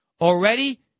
Already